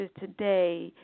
today